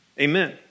Amen